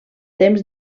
temps